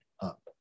up